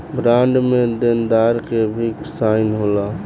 bond में देनदार के भी साइन होला